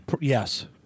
Yes